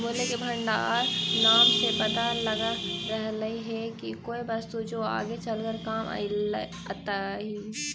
मूल्य के भंडार नाम से पता लग रहलई हे की कोई वस्तु जो आगे चलकर काम अतई